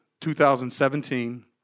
2017